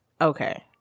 Okay